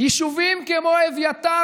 יישובים כמו אביתר,